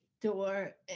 door